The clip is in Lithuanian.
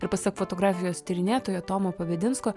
ir pasak fotografijos tyrinėtojo tomo pabedinsko